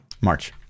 March